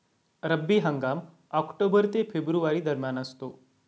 रब्बी हंगाम ऑक्टोबर ते फेब्रुवारी दरम्यान असतो